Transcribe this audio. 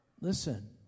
listen